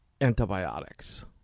antibiotics